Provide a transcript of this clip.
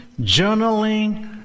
journaling